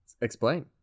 Explain